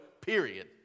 period